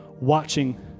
watching